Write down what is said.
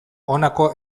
honako